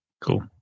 cool